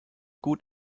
gut